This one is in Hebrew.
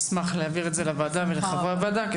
נשמח להעביר את זה לוועדה ולחברי הוועדה,